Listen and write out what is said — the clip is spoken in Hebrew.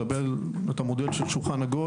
מקבל את המודל של שולחן עגול,